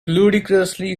ludicrously